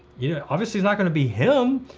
yeah obviously it's not going to be him.